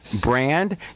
brand